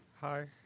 Hi